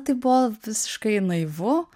tai buvo visiškai naivu